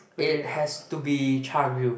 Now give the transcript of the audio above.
it has to be Char Grill